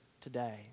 today